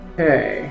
Okay